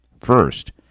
First